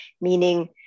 meaning